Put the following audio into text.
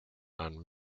and